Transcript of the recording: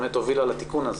באמת הובילה לתיקון הזה.